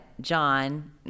John